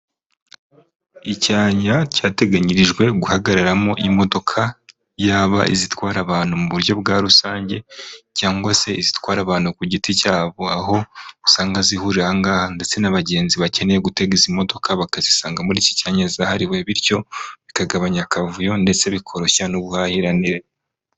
Icyanya cyateganyirijwe guhagararamo imodoka, yaba izitwara abantu mu buryo bwa rusange, cyangwa se izitwara abantu ku giti cyabo, aho usanga zihurira aha ngaha ndetse n'abagenzi bakeneye gutega izi modoka bakazisanga muri iki cyanya zahariwe bityo bikagabanya akavuyo ndetse bikoroshya n'ubuhahiranire.